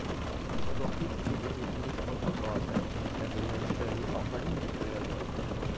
প্রকৃতি থেকে যেই জিনিস পত্র পাওয়া যায় তাকে ন্যাচারালি অকারিং মেটেরিয়াল বলে